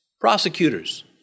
prosecutors